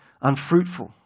unfruitful